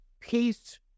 Peace